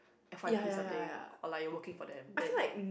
F_Y_P something or like you working for them then that one